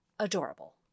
adorable